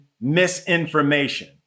misinformation